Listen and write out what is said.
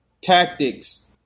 tactics